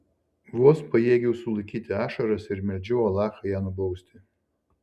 vos pajėgiau sulaikyti ašaras ir meldžiau alachą ją nubausti